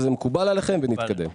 וזה מקובל עליכם ונתקדם,